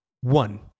one